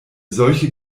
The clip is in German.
solche